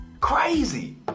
Crazy